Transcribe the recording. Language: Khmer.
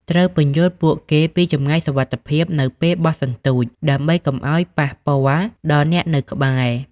ត្រូវពន្យល់ពួកគេពី ចម្ងាយសុវត្ថិភាព នៅពេលបោះសន្ទូច ដើម្បីកុំឱ្យប៉ះពាល់ដល់អ្នកនៅក្បែរ។